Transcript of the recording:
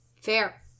Fair